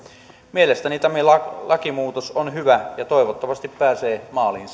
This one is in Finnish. mielestäni tämä lakimuutos on hyvä ja toivottavasti se pääsee maaliin